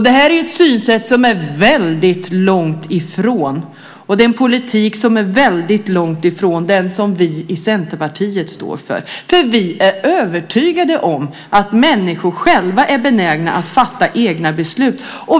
Det här är ett synsätt och en politik som är väldigt långt ifrån den som vi i Centerpartiet står för, för vi är övertygade om att människor själva är benägna att fatta egna beslut.